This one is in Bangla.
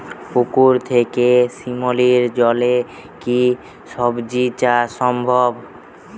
পুকুর থেকে শিমলির জলে কি সবজি চাষ সম্ভব?